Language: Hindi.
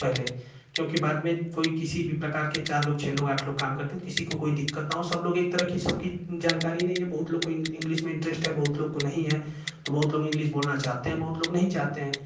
पहले क्योंकि बाद में कोई किसी भी प्रकार के चार लोग छः लोग आठ लोग काम करते हैं तो किसी को कोई दिक्कत न हो सब लोग एक तरह की सबकी जानकारी नहीं है बहुत लोग को इंग्लिस में इन्टरेस्ट है बहुत लोग को नहीं है तो बहुत लोग इंग्लिस बोलना चाहते हैं बहुत लोग नहीं चाहते हैं